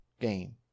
game